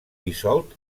dissolt